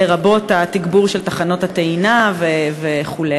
לרבות התגבור של תחנות הטעינה וכו'.